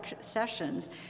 sessions